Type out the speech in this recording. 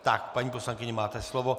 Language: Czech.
Tak, paní poslankyně, máte slovo.